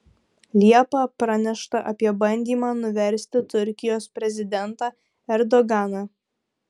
liepą pranešta apie bandymą nuversti turkijos prezidentą erdoganą